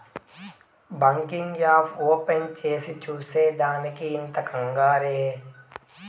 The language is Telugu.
బాంకింగ్ యాప్ ఓపెన్ చేసి చూసే దానికి ఇంత కంగారే